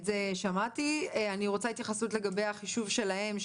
אני רוצה התייחסות לגבי החישוב שלהם,